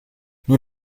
nur